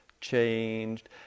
changed